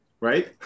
right